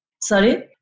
Sorry